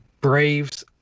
Braves